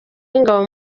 w’ingabo